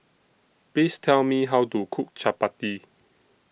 Please Tell Me How to Cook Chapati